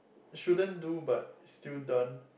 shouldn't do but still done